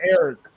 Eric